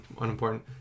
unimportant